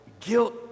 guilt